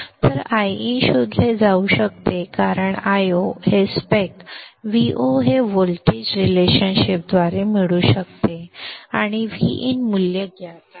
तर Iin शोधले जाऊ शकते कारण Io हे स्पेक Vo हे व्होल्टेज रिलेशनशिप द्वारे मिळू शकते आणि Vin मूल्य ज्ञात आहे